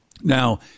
Now